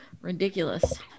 Ridiculous